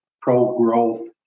pro-growth